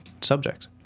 subjects